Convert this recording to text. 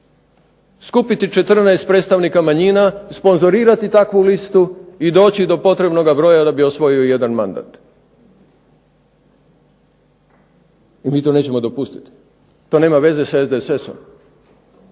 skupiti 14 predstavnika manjina, sponzorirati takvu listu, i doći do potrebnoga broja da bi osvojio jedan mandat. Mi to nećemo dopustiti. To nema veze sa SDSS-om.